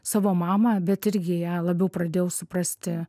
savo mamą bet irgi ją labiau pradėjau suprasti